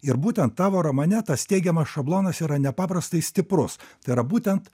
ir būtent tavo romane tas teigiamas šablonas yra nepaprastai stiprus tai yra būtent